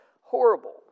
horrible